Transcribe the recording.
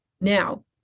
Now